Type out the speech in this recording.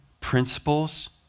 principles